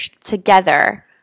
together